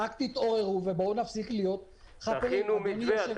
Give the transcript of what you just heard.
רק תתעוררו ובואו נפסיק להיות --- אתה אומר: תכינו מתווה.